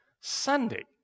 Sunday